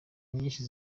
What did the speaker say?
nyinshi